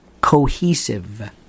cohesive